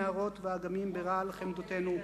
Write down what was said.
נהרות ואגמים ברעל חמדנותנו,